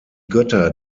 götter